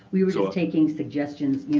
we were just taking suggestions. you